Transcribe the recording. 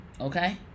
Okay